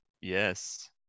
Yes